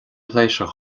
pléisiúir